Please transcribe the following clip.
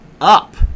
up